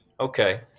Okay